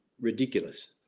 ridiculous